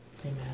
Amen